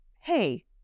hey